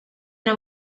una